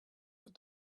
what